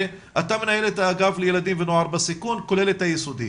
אתה מנהל את האגף לילדים ונוער בסיכון כולל היסודי.